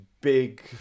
big